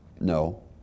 No